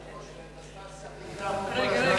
רגע,